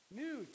new